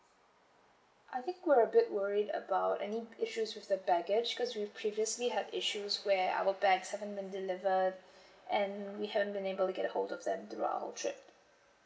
I think we're a bit worried about any issues with the baggage because we previously had issues where our bags haven't being delivered and we hadn't been able to get hold of them during our whole trip